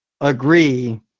agree